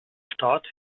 start